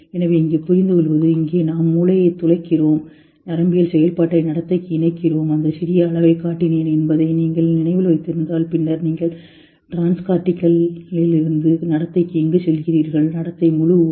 எனவே இங்கே புரிந்துகொள்வது இங்கே நாம் மூளையைத் துளைக்கிறோம் நரம்பியல் செயல்பாட்டை நடத்தைக்கு இணைக்கிறோம் அந்த சிறிய அளவைக் காட்டினேன் என்பதை நீங்கள் நினைவில் வைத்திருந்தால் பின்னர் நீங்கள் டிரான்ஸ் கார்டிகலில் இருந்து நடத்தைக்கு எங்கு செல்கிறீர்கள் நடத்தை முழு உறை